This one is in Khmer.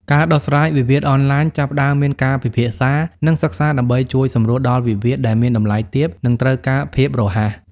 ការដោះស្រាយវិវាទអនឡាញ ចាប់ផ្ដើមមានការពិភាក្សា និងសិក្សាដើម្បីជួយសម្រួលដល់វិវាទដែលមានតម្លៃទាប និងត្រូវការភាពរហ័ស។